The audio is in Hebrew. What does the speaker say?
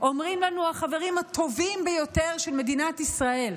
אומרים לנו החברים הטובים ביותר של מדינת ישראל,